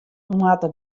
moatte